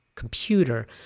computer